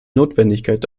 notwendigkeit